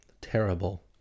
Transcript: terrible